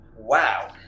wow